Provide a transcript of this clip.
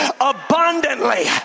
abundantly